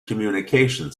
communication